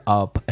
up